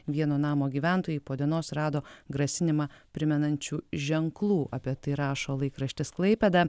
vieno namo gyventojai po dienos rado grasinimą primenančių ženklų apie tai rašo laikraštis klaipėda